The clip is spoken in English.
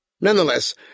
Nonetheless